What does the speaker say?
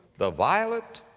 the violet,